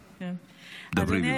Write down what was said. דברי, בבקשה.